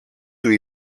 του